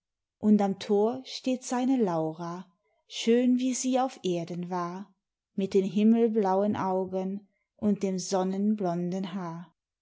und am tor steht seine laura schön wie sie auf erden war mit den himmelblauen augen mit dem sonnenblonden haar